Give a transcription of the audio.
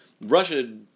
Russia